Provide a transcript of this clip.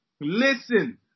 Listen